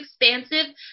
expansive